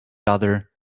other